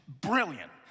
brilliant